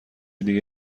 دیگه